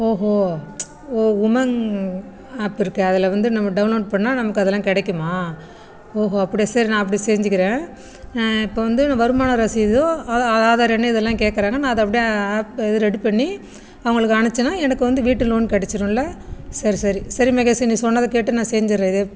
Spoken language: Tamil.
ஓஹோ ஓ உமாங் ஆப் இருக்கே அதில் வந்து நம்ம டவுன்லோட் பண்ணால் நமக்கு அதெல்லாம் கிடைக்குமா ஓஹோ அப்படியா சரி நான் அப்படி செஞ்சுக்குறேன் இப்போ வந்து நான் வருமான ரசீதும் ஆதா ஆதார் எண் இதெல்லாம் கேட்குறாங்க நான் அதை அப்படியே ஆப் த இதை ரெடி பண்ணி அவங்களுக்கு அனுப்பிச்சன்னா எனக்கு வந்து வீட்டு லோன் கிடச்சிரும்ல சரி சரி சரி மகேஷ் நீ சொன்னதைக் கேட்டு நான் செஞ்சுர்றேன் இதே